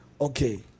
okay